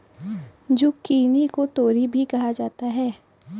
zucchini को तोरी भी कहा जाता है